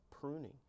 pruning